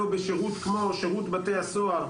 לא בשירות כמו בתי הסוהר,